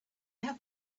have